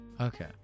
Okay